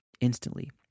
instantly